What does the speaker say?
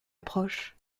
approche